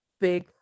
big